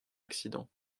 accident